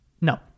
No